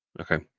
Okay